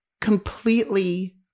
completely